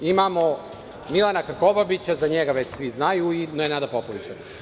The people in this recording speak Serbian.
Zatim, imamo Milana Krkobabića, za njega svi već znaju, i Nenada Popovića.